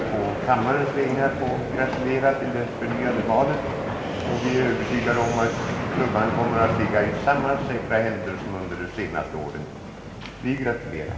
Vi är glada över att klubban kommer att ligga i samma säkra händer som under de senaste åren. Vi gratulerar!